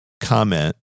comment